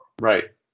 Right